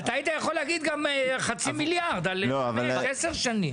היית יכול להגיד גם חצי מיליארד על עשר שנים.